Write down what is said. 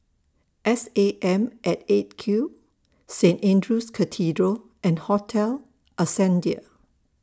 S A M At eight Q Saint Andrew's Cathedral and Hotel Ascendere